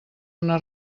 una